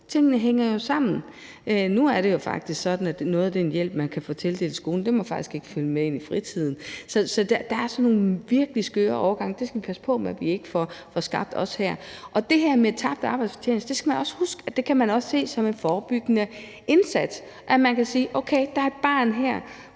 Tingene hænger jo sammen. Nu er det jo faktisk sådan, at noget af den hjælp, man kan få tildelt i skolen, faktisk ikke må følge med ind i fritiden. Så der er sådan nogle virkelig skøre overgange, og det skal vi passe på med at vi ikke også får skabt her. Det her med tabt arbejdsfortjeneste skal man huske også kan ses som en forebyggende indsats. Man kan sige, at der her er tale